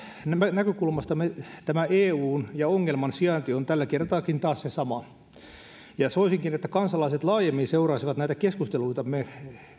näkökulmastamme tämä eun ja ongelman sijainti on tälläkin kertaa taas se sama soisinkin että kansalaiset laajemmin seuraisivat näitä keskusteluitamme